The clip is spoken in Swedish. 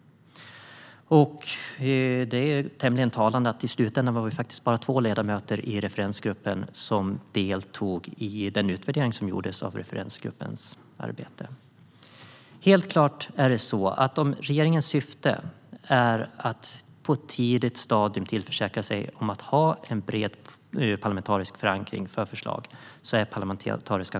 Det är tämligen talande att vi i slutänden bara var två ledamöter i referensgruppen som deltog i den utvärdering av arbetet som gjordes. Det är helt klart att parlamentariska kommittéer är att föredra om regeringens syfte är att på ett tidigt stadium försäkra sig om att ha bred parlamentarisk förankring för förslag.